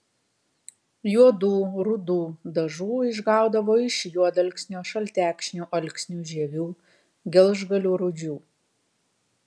juodų rudų dažų išgaudavo iš juodalksnio šaltekšnių alksnių žievių gelžgalių rūdžių